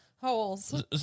holes